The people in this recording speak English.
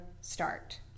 start